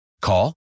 Call